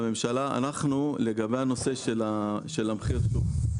לגבי הנושא של מחיר השוק,